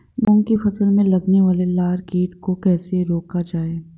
मूंग की फसल में लगने वाले लार कीट को कैसे रोका जाए?